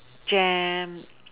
jam